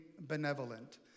benevolent